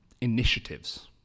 initiatives